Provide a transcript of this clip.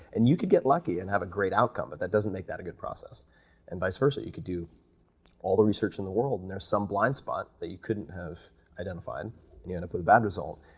and you could get lucky and have a great outcome, but that doesn't make that a good process and vice versa. you could do all the research in the world, and there's some blind spot that you couldn't have identified and you end up with a bad result.